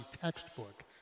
textbook